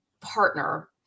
partner